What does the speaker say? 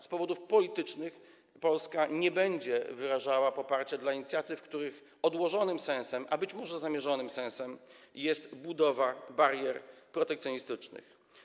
Z powodów politycznych Polska nie będzie wyrażała poparcia dla inicjatyw, których odłożonym sensem, a być może zamierzonym sensem, jest budowa barier protekcjonistycznych.